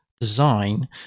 design